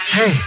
Hey